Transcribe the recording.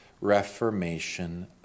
Reformation